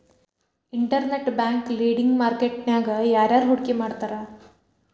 Internet bank lending market ನ್ಯಾಗ ಯಾರ್ಯಾರ್ ಹೂಡ್ಕಿ ಮಾಡ್ತಾರ?